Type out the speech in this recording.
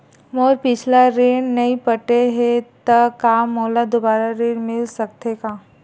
मोर पिछला ऋण नइ पटे हे त का मोला दुबारा ऋण मिल सकथे का?